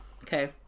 Okay